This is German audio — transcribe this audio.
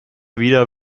wieder